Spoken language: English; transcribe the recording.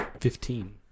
Fifteen